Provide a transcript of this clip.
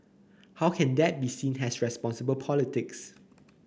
how can that be seen as responsible politics